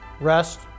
rest